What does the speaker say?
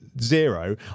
zero